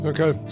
Okay